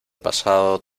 pasado